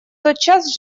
тотчас